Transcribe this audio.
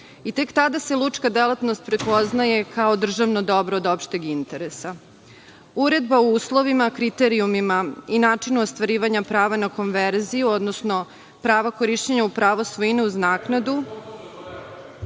Tek tada se lučka delatnost prepoznaje kao državno dobro od opšteg interesa. Uredba o uslovima, kriterijumima i načinu ostvarivanja prava na konverziju, odnosno prava korišćenja u pravo svojine uz naknadu,